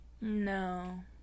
No